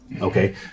okay